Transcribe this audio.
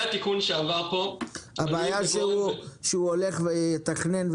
הבעיה שהוא הולך לתכנן,